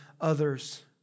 others